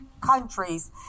countries